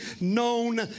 known